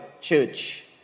church